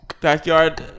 backyard